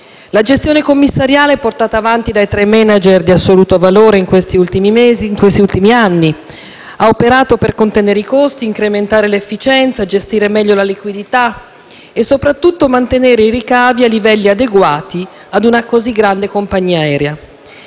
La gestione commissariale, portata avanti da tre *manager* di assoluto valore, in questi ultimi anni ha operato per contenere i costi, incrementare l'efficienza, gestire meglio la liquidità e, soprattutto, mantenere i ricavi a livelli adeguati ad una così grande compagnia aerea.